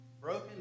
broken